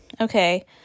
Okay